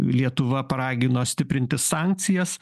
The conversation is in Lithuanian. lietuva paragino stiprinti sankcijas